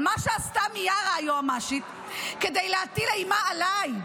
אבל מה שעשתה מיארה היועמ"שית כדי להטיל אימה עליי,